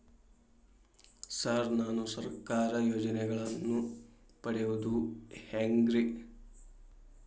Sir ನಾನು ಸರ್ಕಾರ ಯೋಜೆನೆಗಳನ್ನು ಪಡೆಯುವುದು ಹೆಂಗ್ರಿ?